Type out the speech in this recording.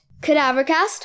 cadavercast